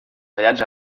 tallats